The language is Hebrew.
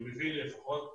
שמביא לפחות לנו,